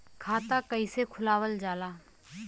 खाता कइसे खुलावल जाला?